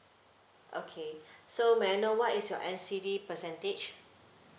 okay so may I know what is your N_C_D percentage